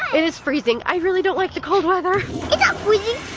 it is freezing. i really don't like the cold weather. it's not freezing,